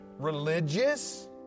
religious